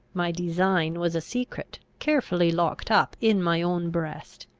my design was a secret, carefully locked up in my own breast.